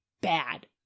bad